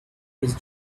his